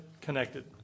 Connected